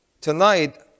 Tonight